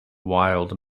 wild